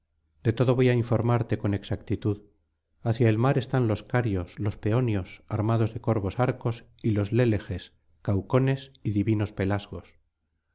de todo voy á informarte con exactitud hacia el mar están los carios los peonios armados de corvaos arcos y los léleges cancones y divinos pelasgos